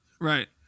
Right